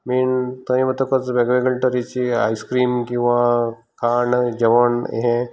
main थंय वतकच वेगळे वेगळे तरेची आयस्क्रीम किंवां खाण जेवण हें